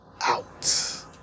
out